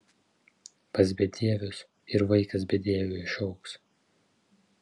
pas bedievius ir vaikas bedieviu išaugs